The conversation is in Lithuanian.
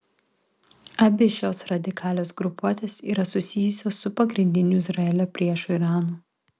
abi šios radikalios grupuotės yra susijusios su pagrindiniu izraelio priešu iranu